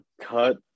cut